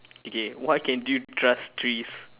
okay why can't you trust trees